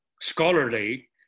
scholarly